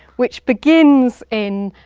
which begins in,